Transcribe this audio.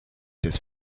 des